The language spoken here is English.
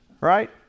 right